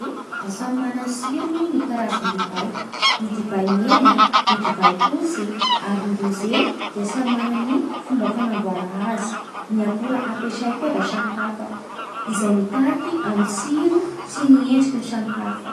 Da samy mana tsirony ny karazan-divay. Ny divay mena, ny divay fotsy ary ny rosé dia samy mana ny fomba fanamboara azy. Ny akora ampiasay koa da samihafa izay mitariky amin'ny tsiro sy ny endrikigny samihafa.